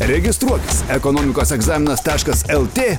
registruotis ekonomikos egzaminas taškas lt